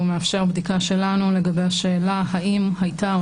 הוא מאפשר בדיקה שלנו לגבי השאלה האם הייתה או